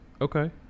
okay